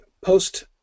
post